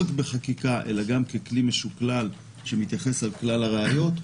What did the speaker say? הזה ככלי משוקלל שמתייחס לכלל הראיות,